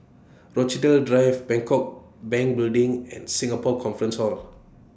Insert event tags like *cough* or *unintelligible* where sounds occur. *unintelligible* Drive Bangkok Bank Building and Singapore Conference Hall